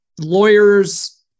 lawyers